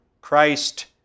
Christ